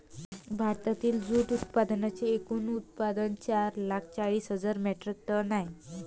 भारतातील जूट उत्पादनांचे एकूण उत्पादन चार लाख चाळीस हजार मेट्रिक टन आहे